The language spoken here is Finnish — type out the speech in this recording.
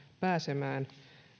pääsemään